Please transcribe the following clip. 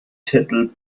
titel